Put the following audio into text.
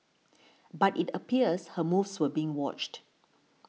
but it appears her moves were being watched